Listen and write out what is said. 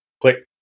click